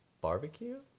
barbecue